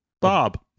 Bob